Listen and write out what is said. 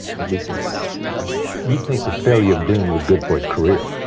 at least since blue velvet. you think the failure of dune was good for his career.